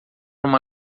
uma